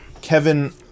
Kevin